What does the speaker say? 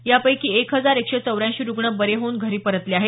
यापैकी एक हजार एकशे चौऱ्यांशी रुग्ण बरे होऊन घरी परतले आहेत